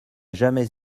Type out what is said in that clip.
jamais